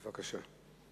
בבקשה.